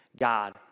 God